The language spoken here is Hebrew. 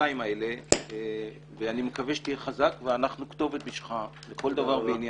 אני מקווה שתהיה חזק ואנחנו כתובת בשבילך לכל דבר ועניין.